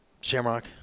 Shamrock